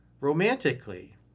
romantically